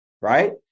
right